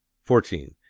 fourteen.